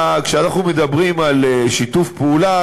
כשאנחנו מדברים על שיתוף פעולה,